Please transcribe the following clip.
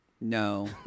No